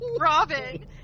Robin